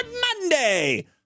Monday